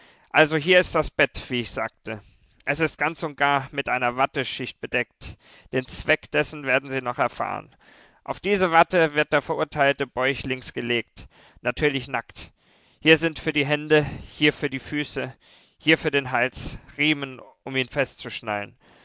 also hier ist das bett wie ich sagte es ist ganz und gar mit einer watteschicht bedeckt den zweck dessen werden sie noch erfahren auf diese watte wird der verurteilte bäuchlings gelegt natürlich nackt hier sind für die hände hier für die füße hier für den hals riemen um ihn festzuschnallen